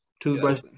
Toothbrush